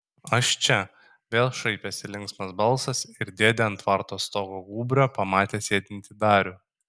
aš čia vėl šaipėsi linksmas balsas ir dėdė ant tvarto stogo gūbrio pamatė sėdintį darių